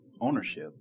ownership